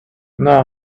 know